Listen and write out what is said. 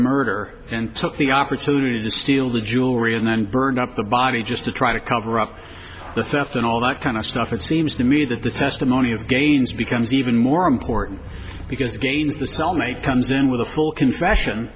murder and took the opportunity to steal the jewelry and then burn up the body just to try to cover up the theft and all that kind of stuff it seems to me that the testimony of gains becomes even more important because gaines the cellmate comes in with a full confession